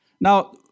Now